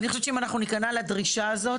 אני חושבת שאם אנחנו ניכנע לדרישה הזאת,